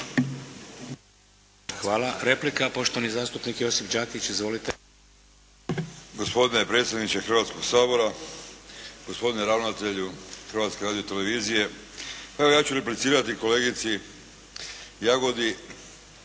Hvala. Replika poštovani zastupnik Josip Đakić. Izvolite.